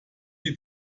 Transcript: die